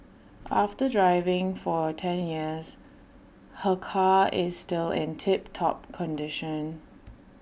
after driving for ten years her car is still in tip top condition